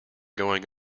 going